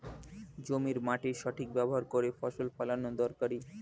জমির মাটির সঠিক ব্যবহার করে ফসল ফলানো দরকারি